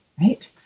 right